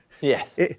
Yes